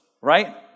Right